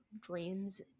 dreams